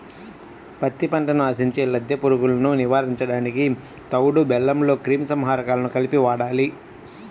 పత్తి పంటను ఆశించే లద్దె పురుగులను నివారించడానికి తవుడు బెల్లంలో క్రిమి సంహారకాలను కలిపి వాడాలి